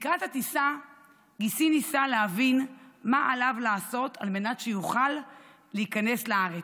לקראת הטיסה גיסי ניסה להבין מה עליו לעשות על מנת שיוכל להיכנס לארץ,